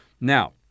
Now